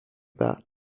that